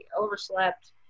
overslept